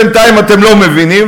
בינתיים אתם לא מבינים,